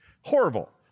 Horrible